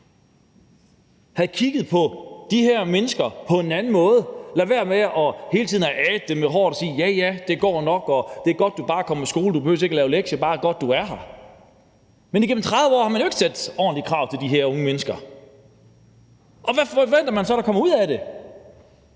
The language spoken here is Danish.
havde kigget på de her mennesker på en anden måde og havde ladet være med hele tiden at ae dem med hårene og sige: Ja, ja, det går nok. Og: Det er godt, du bare er kommet i skole; du behøver ikke at lave lektier, det er bare godt, du er her. Men igennem 30 år har man jo ikke stillet ordentlige krav til de her unge mennesker, og hvad forventer man så, der kommer ud af det?